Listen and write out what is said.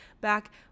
back